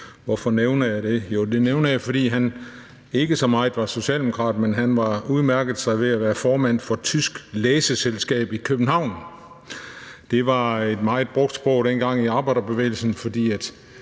Hvorfor nævner jeg det? Jo, det nævner jeg, fordi han ikke så meget var socialdemokrat, men udmærkede sig ved at være formand for Tysk Læseselskab i København. Det var et meget brugt sprog dengang i arbejderbevægelsen, fordi de